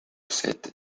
sept